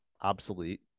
obsolete